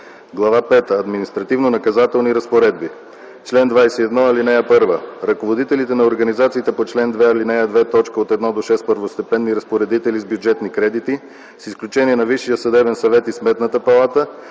„Глава пета Административнонаказателни разпоредби Чл. 21. (1) Ръководителите на организациите по чл. 2, ал. 2, т. 1-6 – първостепенни разпоредители с бюджетни кредити, с изключение на Висшия съдебен съвет и Сметната палата,